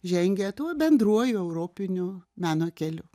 žengia tuo bendruoju europiniu meno keliu